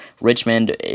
Richmond